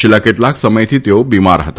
છાલ્લા કેટલાક સમયથી તાઓ વિ માર હતા